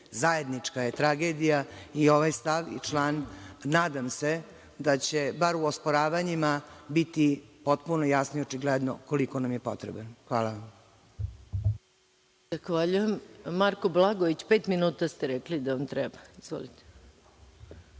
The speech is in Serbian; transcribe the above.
Zajednička je tragedija i ovaj stav i član. Nadam se da će bar u osporavanjima biti potpuno jasno i očigledno koliko nam je potreban. Hvala. **Maja Gojković** Zahvaljujem. Marko Blagojević, pet minuta ste rekli da vam treba? Izvolite.